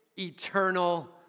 eternal